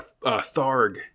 Tharg